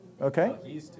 Okay